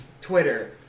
Twitter